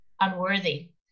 unworthy